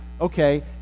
okay